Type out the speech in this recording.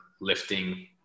lifting